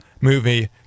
movie